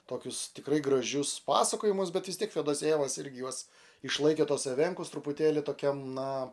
tokius tikrai gražius pasakojimus bet vis tiek fedosejevas irgi juos išlaikė tuos evenkus truputėlį tokiam na